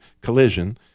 collision